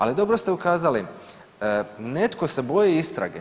Ali dobro ste ukazali netko se boji istrage.